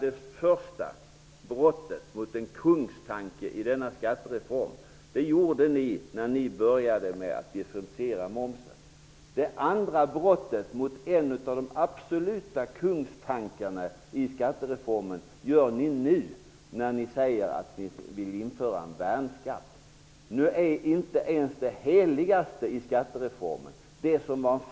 Det första brottet mot en kungstanke i denna skattereform begick ni när ni började med att differentiera momsen. Det andra brottet, mot en av de absoluta kungstankarna i skattereformen, begår ni nu, när ni säger att ni vill införa en värnskatt. Nu är inte ens det heligaste i skattereformen någonting värt.